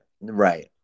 Right